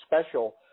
special